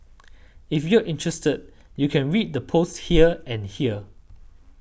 if you're interested you can read the posts here and here